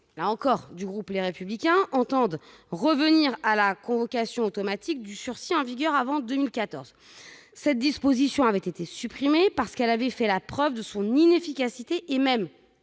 sa peine. Le groupe Les Républicains entend revenir à la révocation automatique du sursis en vigueur avant 2014. Cette disposition avait été supprimée, parce qu'elle avait fait la preuve de son inefficacité et même